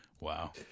wow